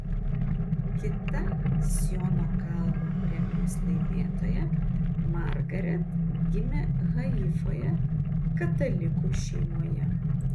kita siono kalno premijos laimėtoja margaret gimė haifoje katalikų šeimoje